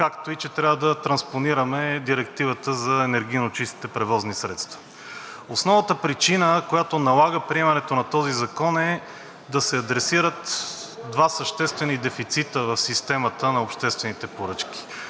както и че трябва да транспонираме Директивата за енергийно чистите превозни средства. Основаната причина, която налага приемането на този закон, е да се адресират два съществени дефицита в системата на обществените поръчки